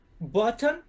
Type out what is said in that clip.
button